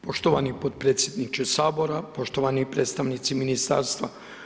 Poštovani potpredsjedniče Sabora, poštovani predstavnici Ministarstva.